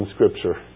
Scripture